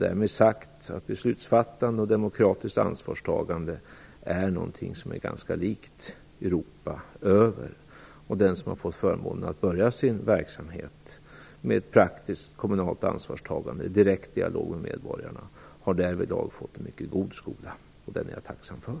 Därmed sagt att beslutsfattande och demokratiskt ansvarstagande är någonting som är sig ganska likt i hela Europa. Den som har fått förmånen att börja sin verksamhet med praktiskt kommunalt ansvarstagande i direkt dialog med medborgarna har därvidlag fått en mycket god skola, och den är jag tacksam för.